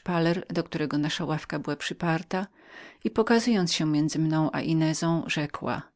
altanę do której nasza ławka była przypartą i pokazując się między mną a inezą rzekła